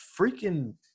freaking